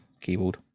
keyboard